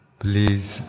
please